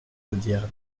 audierne